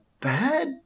bad